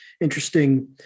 interesting